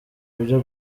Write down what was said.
byo